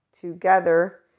together